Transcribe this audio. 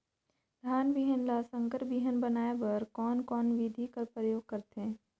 धान बिहान ल संकर बिहान बनाय बर कोन कोन बिधी कर प्रयोग करथे?